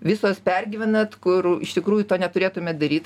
visos pergyvenat kur iš tikrųjų to neturėtumėt daryt